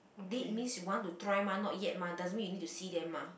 date means you want to try mah not yet mah doesn't mean you need to see them mah